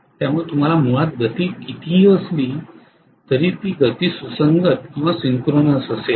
त्यामुळे तुम्हाला मुळात गती कितीही असली तरीही गती सुसंगत किंवा सिन्क्रोनस असेल